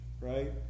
right